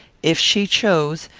if she chose,